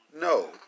No